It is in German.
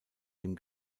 dem